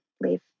leave